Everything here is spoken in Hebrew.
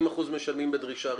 80% משלמים בדרישה ראשונה.